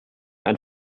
ein